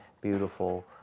beautiful